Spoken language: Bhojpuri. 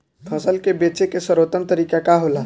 फसल के बेचे के सर्वोत्तम तरीका का होला?